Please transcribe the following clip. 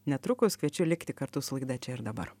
netrukus kviečiu likti kartu su laida čia ir dabar